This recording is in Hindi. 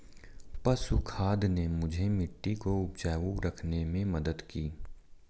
पशु खाद ने मुझे मिट्टी को उपजाऊ रखने में मदद की